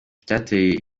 icyateye